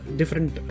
different